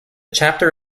chapter